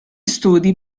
studi